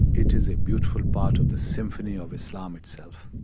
it is a beautiful part of the symphony of islam itself